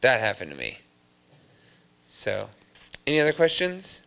that happened to me so any other questions